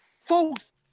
Folks